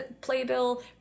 playbill